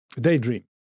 daydream